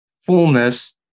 fullness